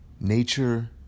Nature